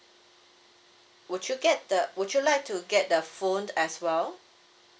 would you get the would you like to get the phone as well